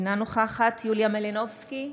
אינה נוכחת יוליה מלינובסקי,